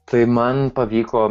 tai man pavyko